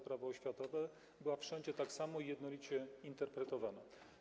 Prawo oświatowe była wszędzie tak samo i jednolicie interpretowana.